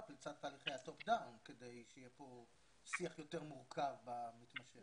לצד תהליכי הטופ-דאון כדי שיהיה פה שיח יותר מורכב במתמשך.